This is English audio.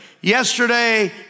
Yesterday